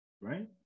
right